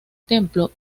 templo